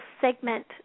segment